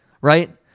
right